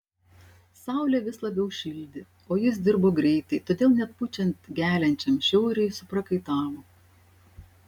saulė vis labiau šildė o jis dirbo greitai todėl net pučiant geliančiam šiauriui suprakaitavo